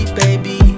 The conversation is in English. baby